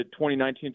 2019